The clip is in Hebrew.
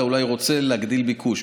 אתה אם אולי רוצה להגדיל ביקוש,